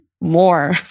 more